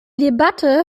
debatte